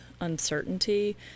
uncertainty